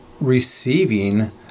receiving